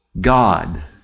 God